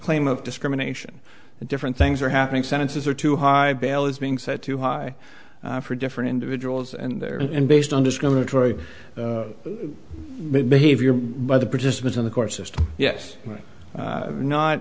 claim of discrimination and different things are happy think sentences are too high bail is being set too high for different individuals and there and based on discriminatory behavior by the participants in the court system yes